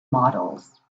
models